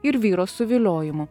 ir vyro suviliojimu